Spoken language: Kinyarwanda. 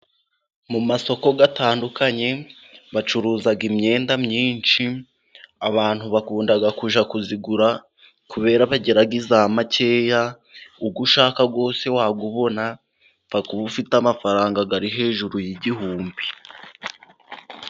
Mu masoko atandukanye bacuruza imyenda myinshi abantu bakunda kujya kuyigura, kubera ko bagira iya makeya uwo ushaka wose wawubona, upfa kuba ufite amafaranga ari hejuru y'igihumbi.